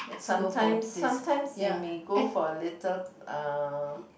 sometimes sometimes they may go for a little uh